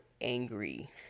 angry